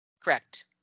Correct